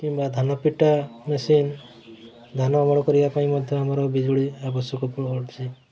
କିମ୍ବା ଧାନ ପିଟା ମେସିନ୍ ଧାନ ଅମଳ କରିବା ପାଇଁ ମଧ୍ୟ ଆମର ବିଜୁଳି ଆବଶ୍ୟକ ପଡ଼ୁଛି